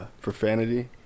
profanity